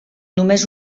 només